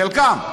חלקם.